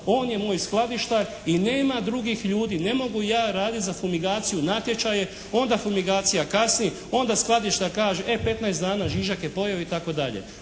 On je moj skladištar i nema drugih ljudi, ne mogu ja raditi za fumigaciju natječaje, onda fumigacija kasni, onda skladištar kaže e 15 dana žižak je pojeo itd.